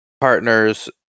partners